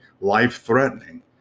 life-threatening